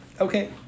okay